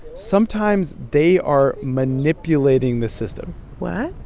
sometimes, they are manipulating the system yeah